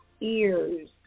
ears